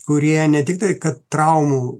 kurie ne tiktai kad traumų